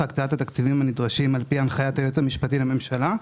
הקצאת התקציבים הנדרשים על פי הנחיית היועץ המשפטי לממשלה,